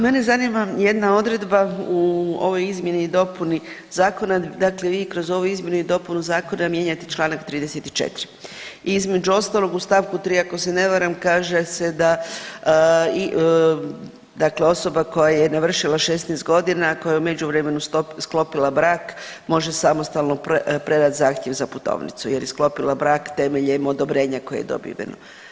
Mene zanima jedna odredba u ovoj izmjeni i dopuni zakona, dakle vi kroz ovu izmjenu i dopunu zakona mijenjate čl. 34. i između ostalog u st. 3. ako se ne varam kaže se da dakle osoba koja je navršila 16 godina koja je u međuvremenu sklopila brak može samostalno predati zahtjev za putovnicu jer je sklopila brak temeljem odobrenja koji je dobiveno.